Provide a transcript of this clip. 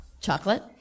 Chocolate